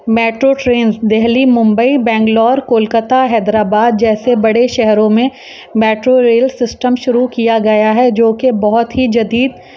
metro trains Delhi Mumbai Bangalore Kolkata Hyderabad جیسے بڑے شہروں میں میٹرو ریل سسٹم شروع کیا گیا ہے جو کہ بہت ہی جدید